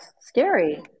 scary